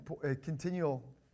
continual